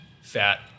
fat